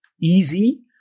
easy